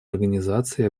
организации